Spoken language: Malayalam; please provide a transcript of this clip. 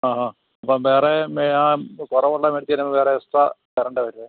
ആ ആ അപ്പം വേറെ ആ കുറവുള്ളത് മേടിച്ച് തരുന്നതിന് വേറെ എക്സ്ട്രാ തരേണ്ടി വരുവേ